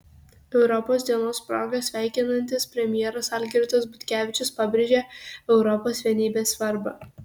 europos dienos proga sveikinantis premjeras algirdas butkevičius pabrėžia europos vienybės svarbą